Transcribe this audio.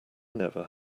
never